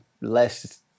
less